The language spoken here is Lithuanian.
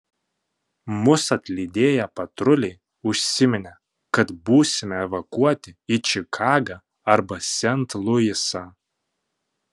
mus atlydėję patruliai užsiminė kad būsime evakuoti į čikagą arba sent luisą